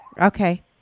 Okay